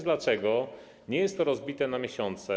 Dlaczego nie jest to rozbite na miesiące?